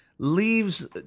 leaves